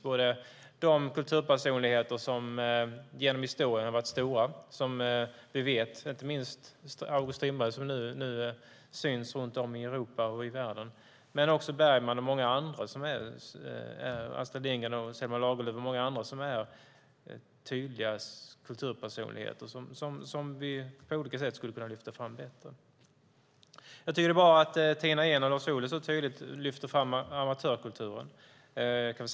Det handlar både om kulturpersonligheter som genom historien har varit stora - inte minst August Strindberg som nu syns runt om i Europa och i världen - och Bergman, Astrid Lindgren, Selma Lagerlöf och om många andra som är tydliga kulturpersonligheter. Vi skulle på olika sätt kunna lyfta fram dem bättre. Det är bra att Tina Ehn och Lars Ohly så tydligt lyfter fram amatörkulturen.